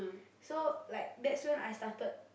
so like that's when I started